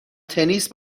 تنیس